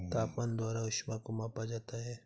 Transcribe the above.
तापमान द्वारा ऊष्मा को मापा जाता है